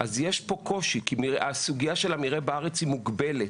אז יש פה קושי כי הסוגיה של המרעה בארץ מוגבלת.